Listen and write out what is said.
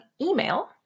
email